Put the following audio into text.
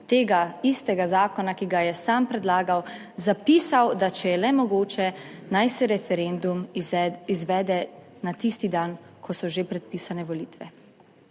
tega istega zakona, ki ga je sam predlagal, zapisal, da če je le mogoče, naj se referendum izvede na tisti dan, ko so že predpisane volitve.